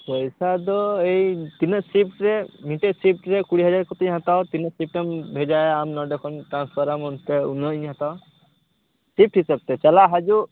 ᱯᱚᱭᱥᱟ ᱫᱚ ᱮᱭ ᱛᱤᱱᱟ ᱜ ᱥᱤᱯᱴ ᱨᱮ ᱢᱤᱴᱟ ᱜ ᱥᱤᱯᱴ ᱨᱮ ᱠᱩᱲᱤ ᱦᱟᱡᱟᱨ ᱠᱟᱛᱮᱧ ᱦᱟᱛᱟᱣᱟ ᱛᱤᱱᱟ ᱜ ᱥᱤᱯᱴᱮᱢ ᱵᱷᱮᱡᱟᱭᱟᱢ ᱱᱚᱸᱰᱮ ᱠᱷᱚᱱ ᱴᱨᱟᱱᱥᱯᱷᱟᱨᱟᱢ ᱚᱱᱛᱮ ᱩᱱᱟ ᱜᱼᱤᱧ ᱦᱟᱛᱟᱣᱟ ᱥᱤᱯᱴ ᱦᱤᱥᱟ ᱵᱽᱼᱛᱮ ᱪᱟᱞᱟᱜ ᱦᱤᱡᱩᱜ